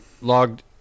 logged